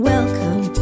Welcome